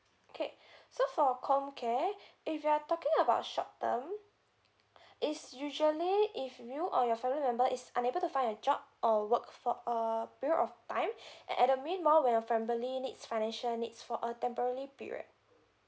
okay so for comcare if you are talking about short term it's usually if you or your family member is unable to find a job or work for a period of time and I mean more where your family needs financial needs for a temporary period